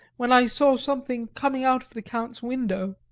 when i saw something coming out of the count's window.